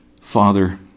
Father